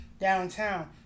downtown